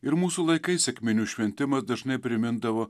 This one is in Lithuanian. ir mūsų laikais sekminių šventimas dažnai primindavo